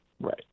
right